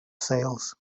sails